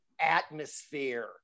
atmosphere